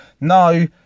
no